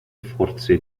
forse